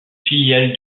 filiale